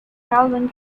calvin